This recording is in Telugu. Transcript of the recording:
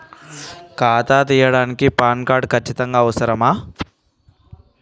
ఖాతా తీయడానికి ప్యాన్ కార్డు ఖచ్చితంగా అవసరమా?